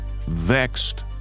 vexed